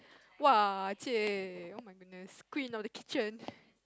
!wah! !chey! oh-my-goodness queen of the kitchen